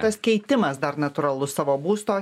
tas keitimas dar natūralus savo būsto